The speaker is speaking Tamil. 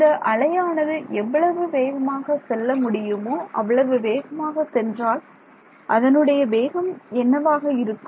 இந்த அலையானது எவ்வளவு வேகமாக செல்ல முடியுமோ அவ்வளவு வேகமாக சென்றால் அதனுடைய வேகம் என்னவாக இருக்கும்